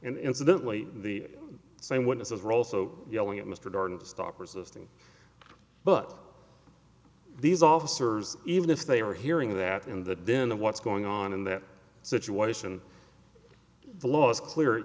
and incidentally the same witnesses are also yelling at mr darden to stop resisting but these officers even if they are hearing that in the din of what's going on in that situation the law is clear